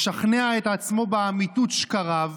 לשכנע את עצמו באמיתות שקריו,